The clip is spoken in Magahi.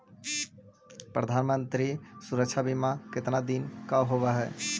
प्रधानमंत्री मंत्री सुरक्षा बिमा कितना दिन का होबय है?